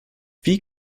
wie